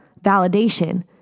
validation